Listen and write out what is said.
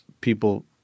people –